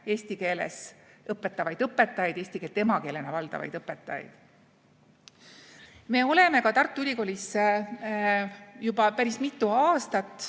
eesti keeles õpetavaid õpetajaid, eesti keelt emakeelena valdavaid õpetajaid. Me oleme ka Tartu Ülikoolis juba päris mitu aastat